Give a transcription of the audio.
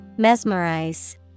Mesmerize